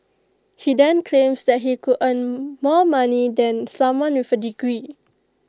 he then claims that he could earn more money than someone with A degree